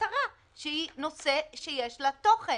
מטרה שהיא נושא שיש לה תוכן.